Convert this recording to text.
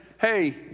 hey